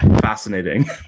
fascinating